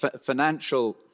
financial